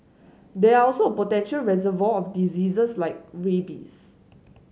they are also a potential reservoir of diseases like rabies